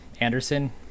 Anderson